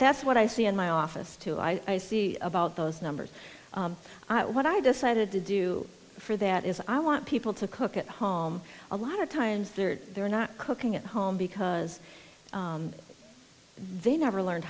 that's what i see in my office too i see about those numbers what i decided to do for that is i want people to cook at home a lot of times there they're not cooking at home because they never learned